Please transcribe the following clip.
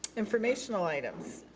informational items.